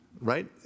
right